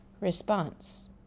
response